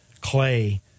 clay